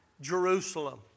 Jerusalem